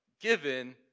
given